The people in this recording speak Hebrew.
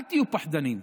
אל תהיו פחדנים,